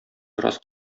бераз